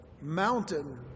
mountain